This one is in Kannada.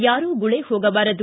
ಯಾರೂ ಗುಳೆ ಹೋಗಬಾರದು